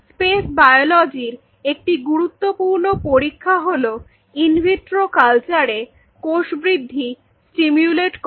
space বায়োলজির একটি গুরুত্বপূর্ণ পরীক্ষা হল ইনভিট্রো কালচারে কোষ বৃদ্ধি স্টিমুলেট করা